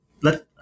let